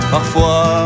Parfois